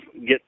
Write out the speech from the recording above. get